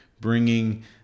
bringing